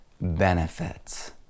benefits